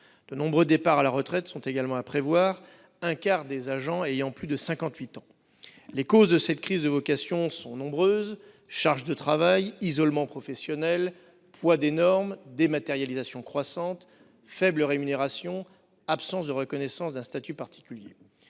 De nombreux départs à la retraite sont également à prévoir, un quart des agents ayant plus de 58 ans. Les causes de cette crise des vocations sont nombreuses : charge de travail, isolement professionnel, poids des normes, dématérialisation croissante, faible rémunération et absence de reconnaissance d'un statut particulier.